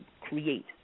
create